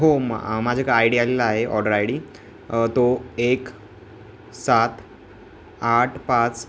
हो मा माझ्याकडे आय डी आलेला आहे ऑर्डर आय डी तो एक सात आठ पाच